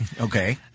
Okay